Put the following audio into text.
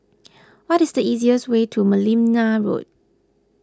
what is the easiest way to Merlimau Road